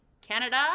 Canada